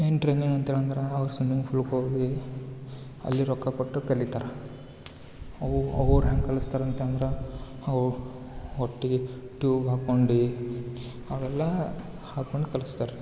ಏನು ಟ್ರೇನಿಂಗ್ ಅಂತೇಳಂದ್ರೆ ಅವ್ರು ಸ್ವಿಮಿಂಗ್ ಫೂಲ್ಗೆ ಹೋಗಿ ಅಲ್ಲಿ ರೊಕ್ಕ ಕೊಟ್ಟು ಕಲಿತಾರೆ ಅವು ಅವ್ರು ಹೆಂಗೆ ಕಲಿಸ್ತಾರೆ ಅಂತಂದ್ರೆ ಅವ್ರು ಹೊಟ್ಟೆಗೆ ಟ್ಯೂಬ್ ಹಾಕೊಂಡು ಅವೆಲ್ಲ ಹಾಕೊಂಡು ಕಲಿಸ್ತಾರ್ ರೀ